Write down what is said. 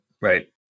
Right